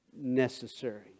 necessary